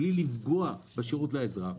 בלי לפגוע בשירות לאזרח,